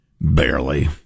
Barely